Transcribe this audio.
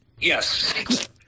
Yes